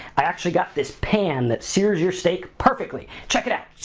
i actually got this pan that sears your steak perfectly, check it out, shhh,